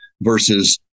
versus